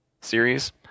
series